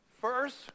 first